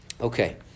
Okay